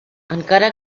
encara